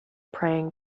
praying